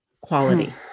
quality